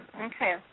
Okay